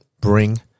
bring